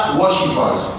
worshippers